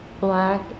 black